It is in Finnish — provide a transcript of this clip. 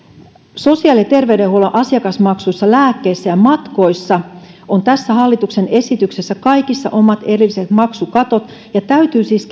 sosiaali ja terveydenhuollon asiakasmaksuissa lääkkeissä ja matkoissa on tässä hallituksen esityksessä kaikissa omat erilliset maksukatot ja täytyy siis